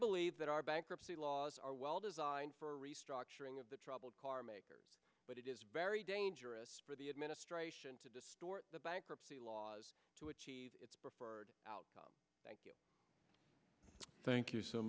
believe that our bankruptcy laws are well designed for restructuring of the troubled carmaker but it is very dangerous for the administration to distort the bankruptcy laws to achieve its preferred outcome thank you